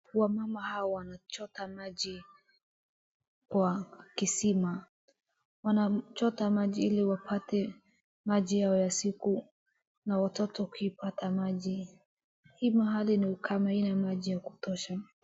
Wamama hawa wanachota maji kwa kisima. Wanachota maji ili wapate maji yao ya siku na watoto kuipata maji. Hii mahali bi ukame haina maji ya kutosha.